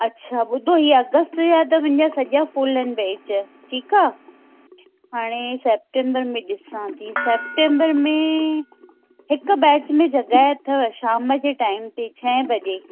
अच्छा ॿुधो हीअ अगस्त जा त मुंहिंजा सॼा फुल आहिनि बैच ठीकु आहे हाणे सैप्टेंबर में ॾिसां थी सैप्टेंबर में हिकु बैच में जॻह अथव शाम जे टाइम ते छह वजे